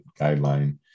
guideline